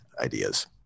ideas